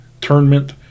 tournament